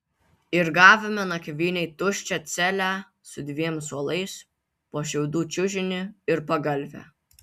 ir gavome nakvynei tuščią celę su dviem suolais po šiaudų čiužinį ir pagalvę